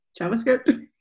JavaScript